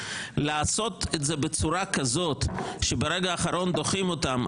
לעשות את זה בצורה כזאת שברגע האחרון דוחים אותן,